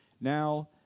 Now